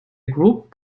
group